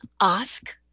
ask